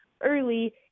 early